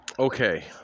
Okay